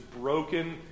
broken